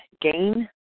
gain